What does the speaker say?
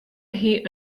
hie